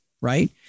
right